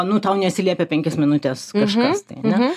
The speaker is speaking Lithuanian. nu tau neatsiliepia penkias minutes kažkas tai ane